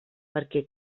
perquè